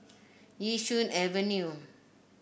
Yishun Avenue